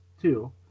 two